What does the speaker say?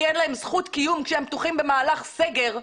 אין להם זכות קיום כשהם פתוחים במהלך סגר,